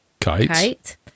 Kite